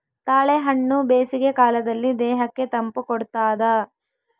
ತಾಳೆಹಣ್ಣು ಬೇಸಿಗೆ ಕಾಲದಲ್ಲಿ ದೇಹಕ್ಕೆ ತಂಪು ಕೊಡ್ತಾದ